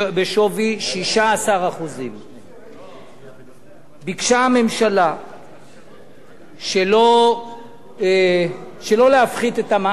אנחנו עומדים היום על מע"מ בשווי 16%. ביקשה הממשלה שלא להפחית את המע"מ.